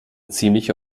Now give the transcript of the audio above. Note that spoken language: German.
ziemliche